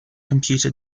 computer